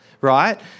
right